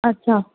अच्छा